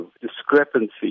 discrepancy